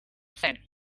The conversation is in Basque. zen